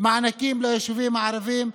מענקים ליישובים הערביים.